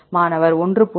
மாணவர் 1